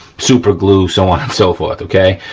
super glue, so on and so forth, okay.